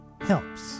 helps